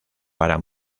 para